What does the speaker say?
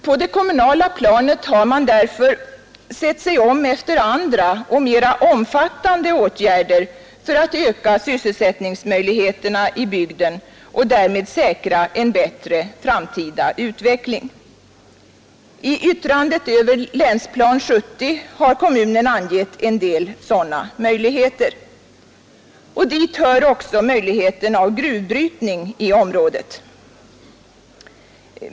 På det kommunala planet har man därför sett sig om efter andra och mera omfattande åtgärder för att öka sysselsättningsmöjligheterna i bygden och därmed säkra en bättre framtida utveckling. I yttrandet över Länsplan 70 har kommunen angett en del sådana möjligheter. Dit hör också möjligheten av gruvbrytning i området.